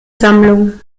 sammlung